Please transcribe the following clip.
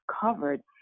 covered